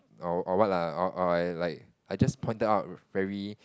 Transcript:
or or what lah or or or I like I just pointed out very